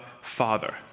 Father